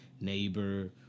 neighbor